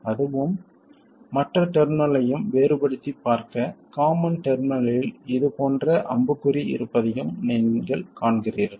அதுவும் மற்ற டெர்மினலையும் வேறுபடுத்திப் பார்க்க காமன் டெர்மினலில் இது போன்ற அம்புக்குறி இருப்பதையும் நீங்கள் காண்கிறீர்கள்